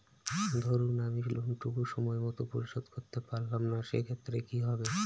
ধরুন আমি লোন টুকু সময় মত পরিশোধ করতে পারলাম না সেক্ষেত্রে কি হবে?